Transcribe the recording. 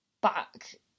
back